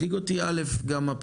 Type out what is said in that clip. מדאיג אותי גם הפרופורציה,